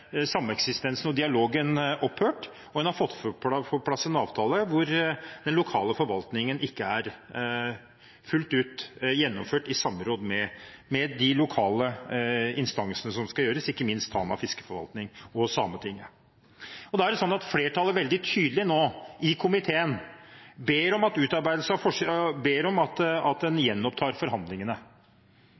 sameksistensen og dialogen opphørt, og en har fått på plass en avtale hvor den lokale forvaltningen ikke er fullt ut gjennomført i samråd med de lokale instansene – slik det skal gjøres – ikke minst Tanavassdragets fiskeforvaltning og Sametinget. Det er sånn at flertallet i komiteen nå veldig tydelig ber om at en gjenopptar forhandlingene.